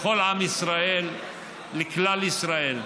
לכל עם ישראל מכלל ישראל.